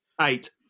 Eight